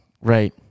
Right